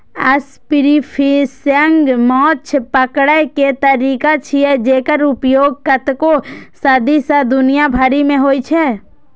spearfishing माछ पकड़ै के तरीका छियै, जेकर उपयोग कतेको सदी सं दुनिया भरि मे होइ छै